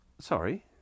Sorry